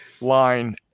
line